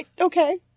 Okay